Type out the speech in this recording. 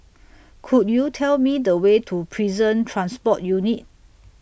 Could YOU Tell Me The Way to Prison Transport Unit